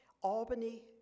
Albany